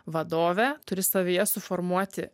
vadovę turi savyje suformuoti